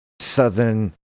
Southern